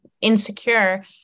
insecure